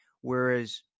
Whereas